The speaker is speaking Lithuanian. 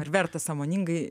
ar verta sąmoningai